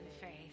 faith